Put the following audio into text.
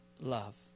love